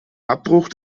abbruch